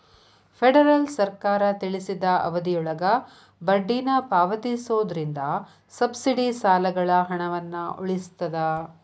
federal ಸರ್ಕಾರ ತಿಳಿಸಿದ ಅವಧಿಯೊಳಗ ಬಡ್ಡಿನ ಪಾವತಿಸೋದ್ರಿಂದ ಸಬ್ಸಿಡಿ ಸಾಲಗಳ ಹಣವನ್ನ ಉಳಿಸ್ತದ